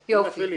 בדיוק.